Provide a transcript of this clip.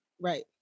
Right